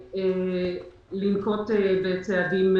שנים שאמרו שיגבו מיסים.